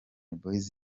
boyz